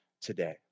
today